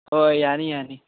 ꯍꯣꯏ ꯌꯥꯅꯤ ꯌꯥꯅꯤ